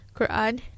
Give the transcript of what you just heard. quran